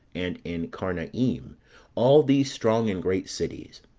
and in carnaim all these strong and great cities.